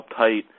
uptight